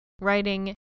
writing